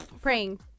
Praying